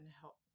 help